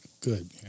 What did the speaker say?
Good